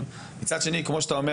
לא לעשות בדיקה מקיפה,